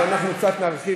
אז אנחנו קצת נרחיב,